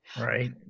right